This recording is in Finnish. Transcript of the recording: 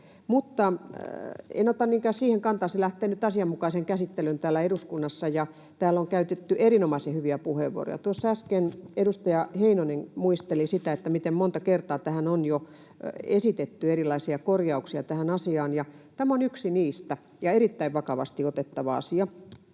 niinkään siihen kantaa. Se lähtee nyt asianmukaiseen käsittelyyn täällä eduskunnassa, ja täällä on käytetty erinomaisen hyviä puheenvuoroja. Tuossa äsken edustaja Heinonen muisteli sitä, miten monta kertaa tähän asiaan on jo esitetty erilaisia korjauksia, ja tämä on yksi niistä ja erittäin vakavasti otettava asia.